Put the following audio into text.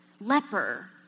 leper